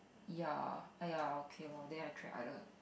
ya !aiya! okay lor then I track other